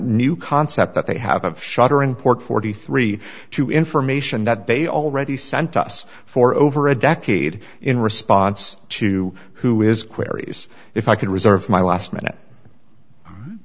new concept that they have shut or import forty three to information that they already sent to us for over a decade in response to who is queries if i could reserve my last minute m